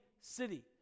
city